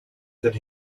that